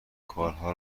کارها